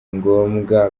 ngombwa